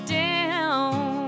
down